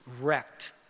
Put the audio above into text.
wrecked